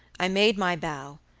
i made my bow,